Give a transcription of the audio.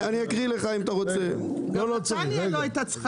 ולדעתי, פה כבר הטעות, כי לא היינו צריכים להסכים.